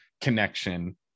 connection